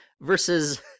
versus